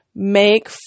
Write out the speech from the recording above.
make